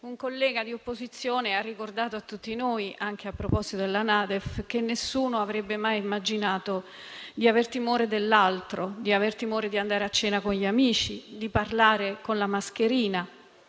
un collega di opposizione ha ricordato a tutti noi, anche a proposito della NADEF, che nessuno avrebbe mai immaginato di aver timore dell'altro e di andare a cena con gli amici o di parlare con la mascherina;